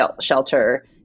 shelter